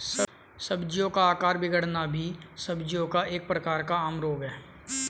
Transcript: सब्जियों का आकार बिगड़ना भी सब्जियों का एक प्रकार का आम रोग होता है